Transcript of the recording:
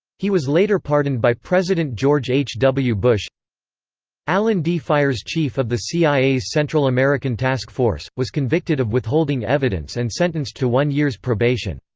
he was later pardoned by president george h. w. bush alan d. fiers chief of the cia's central american task force, was convicted of withholding evidence and sentenced to one year's probation.